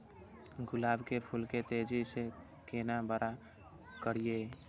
गुलाब के फूल के तेजी से केना बड़ा करिए?